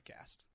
podcast